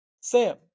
sam